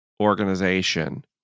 organization